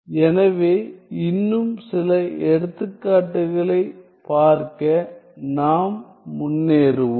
எனவே இன்னும் சில சிக்கலான எடுத்துக்காட்டுகளைப் பார்க்க நாம் முன்னேறுவோம்